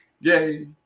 Yay